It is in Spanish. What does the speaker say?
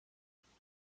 lápida